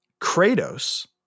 Kratos